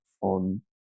on